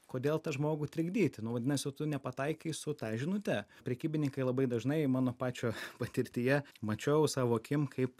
kodėl tą žmogų trikdyti nu vat nes jau tu nepataikei su ta žinute prekybininkai labai dažnai mano pačio patirtyje mačiau savo akim kaip